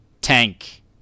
tank